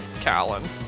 Callan